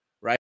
right